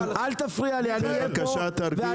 אל תפריע לי לדבר.